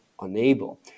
unable